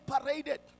paraded